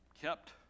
kept